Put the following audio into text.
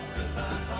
Goodbye